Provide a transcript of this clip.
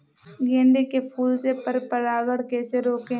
गेंदे के फूल से पर परागण कैसे रोकें?